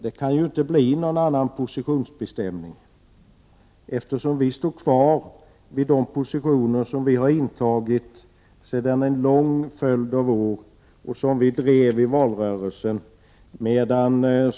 Det kan inte bli någon annnan positionsbestämning, eftersom vi står kvar vid de positioner vi har intagit sedan en lång följd av år och som vi har drivit i valrörelsen.